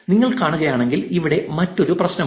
നിങ്ങൾ കാണുകയാണെങ്കിൽ ഇവിടെ മറ്റൊരു പ്രശ്നമുണ്ട്